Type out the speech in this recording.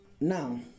Now